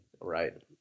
Right